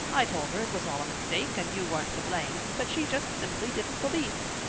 i told her it was all a mistake and you weren't to blame, but she just simply didn't believe me.